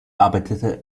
arbeitete